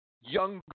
young